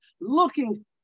looking